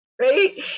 right